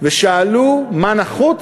ושאלו מה נחוץ,